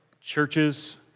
Churches